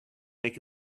make